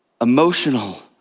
emotional